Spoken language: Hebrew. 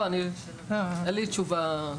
לא, אין לי תשובה.